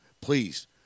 please